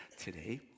today